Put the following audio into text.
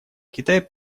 китай